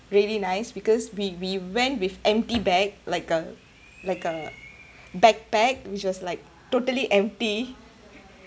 really nice because we we went with empty bag like a like a backpack which was like totally empty